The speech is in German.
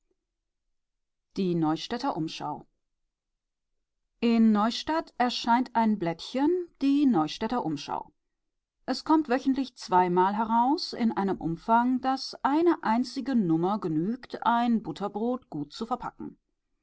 die neustädter umschau in neustadt erscheint ein blättchen die neustädter umschau es kommt wöchentlich zweimal heraus in einem umfang daß eine einzige nummer genügt ein butterbrot gut zu verpacken